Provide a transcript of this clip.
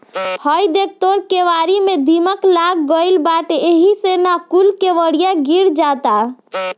हइ देख तोर केवारी में दीमक लाग गइल बाटे एही से न कूल केवड़िया गिरल जाता